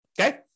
okay